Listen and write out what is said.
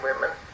women